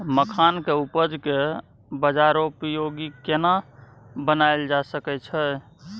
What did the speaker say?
मखान के उपज के बाजारोपयोगी केना बनायल जा सकै छै?